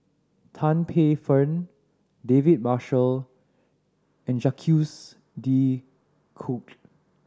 Tan Paey Fern David Marshall and Jacques De Coutre